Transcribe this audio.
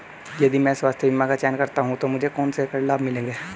यदि मैं स्वास्थ्य बीमा का चयन करता हूँ तो मुझे कौन से कर लाभ मिलेंगे?